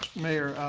mayor,